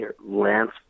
Lance